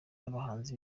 z’abahanzi